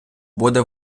буде